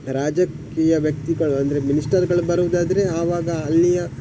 ರಾಜಕೀಯ ವ್ಯಕ್ತಿಗಳು ಅಂದರೆ ಮಿನಿಸ್ಟರ್ಗಳು ಬರೋದಾದ್ರೆ ಆವಾಗ ಅಲ್ಲಿಯ